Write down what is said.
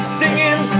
singing